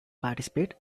participate